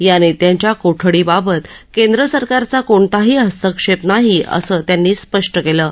या नप्त्यांच्या कोठडीबाबत केंद्र सरकारचा कोणताही हस्तक्षप्र नाही असं त्यांनी स्पष्ट क्रां